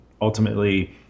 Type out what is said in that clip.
ultimately